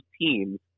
teams